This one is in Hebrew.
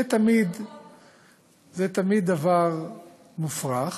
זה תמיד דבר מופרך,